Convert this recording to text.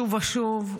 שוב ושוב,